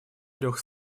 трех